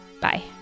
Bye